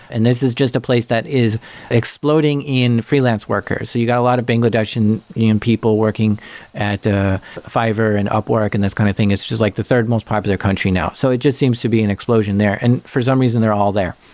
and this is just a place that is exploding in freelance workers. so you got a lot of bangladesh people working at ah fiverr and upwork and this kind of thing. it's just like the third most popular country now. so it just seems to be an explosion there. and for some reason they're all there.